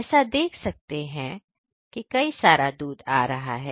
जैसा देख सकते हैं कई सारा दूध आ रहा है